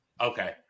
Okay